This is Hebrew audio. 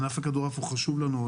ענף הכדורעף הוא חשוב לנו.